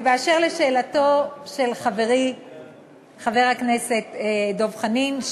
באשר לשאלתו של חברי חבר הכנסת דב חנין,